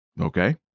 Okay